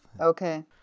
Okay